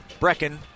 Brecken